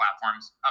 platforms